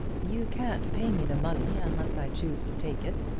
you can't pay me the money unless i choose to take it,